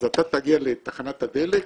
אז אתה תגיע לתחנת הדלק,